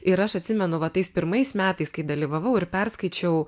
ir aš atsimenu va tais pirmais metais kai dalyvavau ir perskaičiau